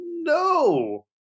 no